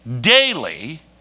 daily